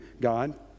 God